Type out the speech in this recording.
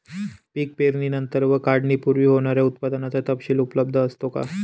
पीक पेरणीनंतर व काढणीपूर्वी होणाऱ्या उत्पादनाचा तपशील उपलब्ध असतो का?